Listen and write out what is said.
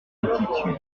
intitulé